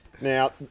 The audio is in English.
Now